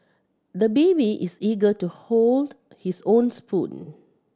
the baby is eager to hold his own spoon